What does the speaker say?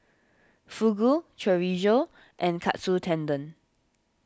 Fugu Chorizo and Katsu Tendon